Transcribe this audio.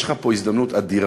יש לך פה הזדמנות אדירה.